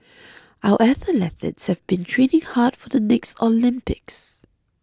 our athletes have been training hard for the next Olympics